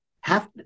half